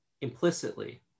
implicitly